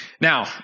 Now